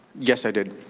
yes, i did.